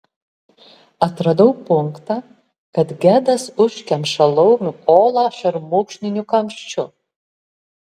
atradau punktą kad gedas užkemša laumių olą šermukšniniu kamščiu